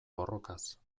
borrokaz